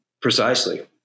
Precisely